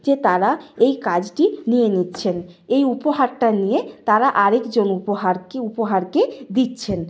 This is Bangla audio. যে তারা এই কাজটি নিয়ে নিচ্ছেন এই উপহারটা নিয়ে তারা আরেকজন উপহার কী উপহারকে দিচ্ছেন